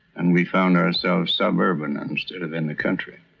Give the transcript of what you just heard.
and we found ourselves suburban and instead of in the country.